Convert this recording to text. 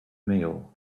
meal